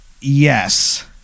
yes